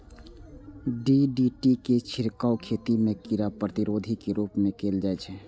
DDT के छिड़काव खेती मे कीड़ा प्रतिरोधी के रूप मे कैल जाइ छै